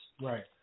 Right